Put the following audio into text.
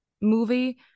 movie